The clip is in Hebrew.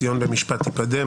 ציון במשפט תיפדה,